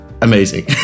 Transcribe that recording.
amazing